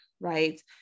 right